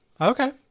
Okay